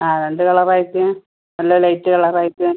ആ രണ്ട് കളർ ആയിട്ട് നല്ല ലൈറ്റ് കളർ ആയിട്ട്